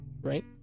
Right